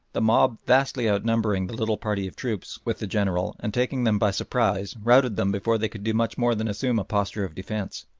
the mob vastly outnumbering the little party of troops with the general and taking them by surprise routed them before they could do much more than assume a posture of defence.